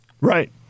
Right